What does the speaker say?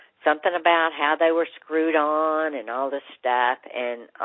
something about how they were screwed on and all this stuff. and,